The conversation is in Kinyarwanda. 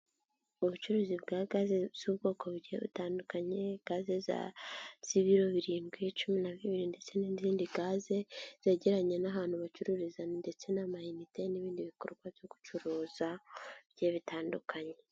Ubucuruzi bwa gaze z'ubwoko bugiye butandukanye, gaze z'ibiro birindwi, cumi na bibiri ndetse n'izindi gaze zegeranye n'ahantu bacururiza ndetse n'amayinite n'ibindi bikorwa byo gucuruza bigiye bitandukanye.